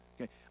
Okay